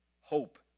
Hope